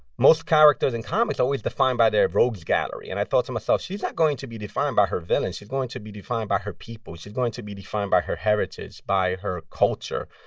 most characters in comics are always defined by their rogues' gallery. and i thought to myself, she's not going to be defined by her villains. she's going to be defined by her people. she's going to be defined by her heritage, by her culture.